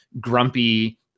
grumpy